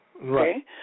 Right